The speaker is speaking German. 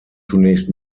zunächst